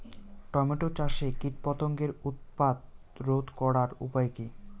Tomato চাষে কীটপতঙ্গের উৎপাত রোধ করার উপায় কী?